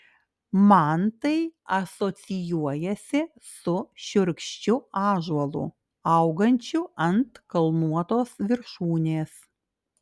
man tai asocijuojasi su šiurkščiu ąžuolu augančiu ant kalnuotos viršūnės